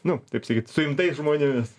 nu taip sakyt suimtais žmonėmis